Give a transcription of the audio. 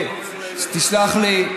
תסלח לי,